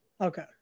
Okay